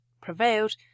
prevailed